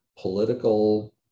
political